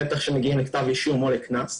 בטח שמגיעים לכתב אישום או לקנס.